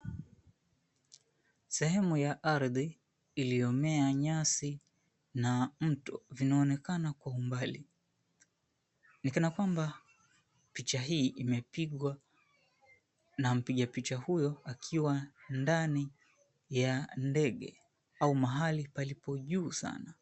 Sehemu ya ardhi iliyomea nyasi na mto vinaonekana kwa umbali ni kana kwamba picha hii imepigwa na mpiga picha huyo akiwa ndani ya ndege au mahali palipo juu sana.